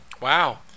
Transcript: Wow